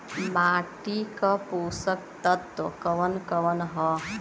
माटी क पोषक तत्व कवन कवन ह?